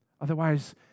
Otherwise